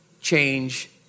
change